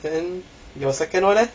then your second [one] leh